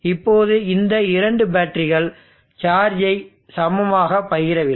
இப்போது இந்த இரண்டு பேட்டரிகள் சார்ஜை சமமாக பகிரவில்லை